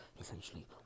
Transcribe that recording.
essentially